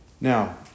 Now